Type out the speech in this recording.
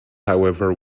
however